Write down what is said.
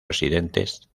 residentes